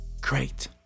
great